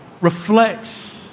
reflects